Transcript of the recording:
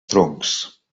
troncs